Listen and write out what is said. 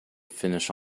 finish